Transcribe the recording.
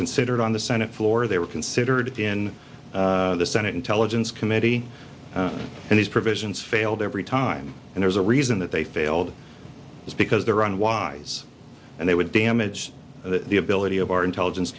considered on the senate floor they were considered in the senate intelligence committee and these provisions failed every time and there's a reason that they failed is because they're on wise and they would damage the ability of our intelligence